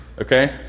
Okay